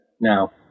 Now